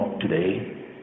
today